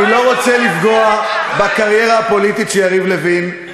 כי אני לא רוצה לפגוע בקריירה הפוליטית של יריב לוין.